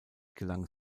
gelang